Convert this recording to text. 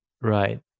right